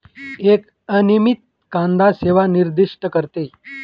एक अनामित कांदा सेवा निर्दिष्ट करते